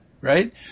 right